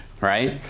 Right